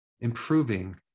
improving